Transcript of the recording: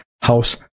House